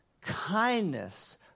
kindness